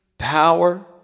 Power